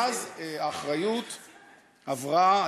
ואז האחריות עברה,